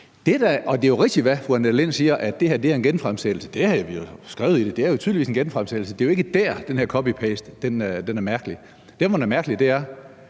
Lind siger, at det her er en genfremsættelse. Det har vi jo skrevet i det, så det er tydeligvis en genfremsættelse. Det er jo ikke der, den her copy-paste er mærkelig. Der, hvor den er mærkelig, er,